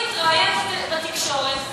הוא התראיין בתקשורת,